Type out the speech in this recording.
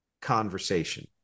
conversation